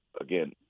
again